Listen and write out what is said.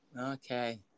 Okay